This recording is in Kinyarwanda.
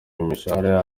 imishahara